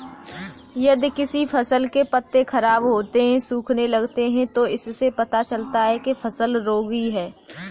यदि किसी फसल के पत्ते खराब होते हैं, सूखने लगते हैं तो इससे पता चलता है कि फसल रोगी है